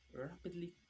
Rapidly